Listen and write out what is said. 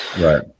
Right